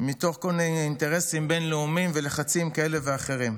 מתוך כל מיני אינטרסים בין-לאומיים ולחצים כאלה ואחרים.